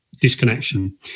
disconnection